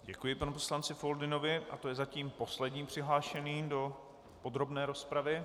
Děkuji panu poslanci Foldynovi a to je zatím poslední přihlášený do podrobné rozpravy.